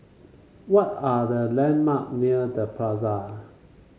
what are the landmark near The Plaza